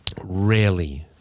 rarely